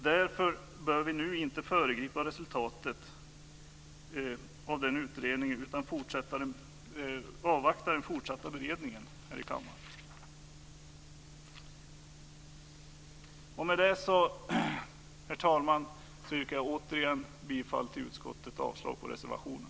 Därför bör vi nu inte föregripa resultatet av den utredningen utan avvakta den fortsatta beredningen här i kammaren. Med det, herr talman, yrkar jag återigen bifall till utskottets förslag och avslag på reservationen.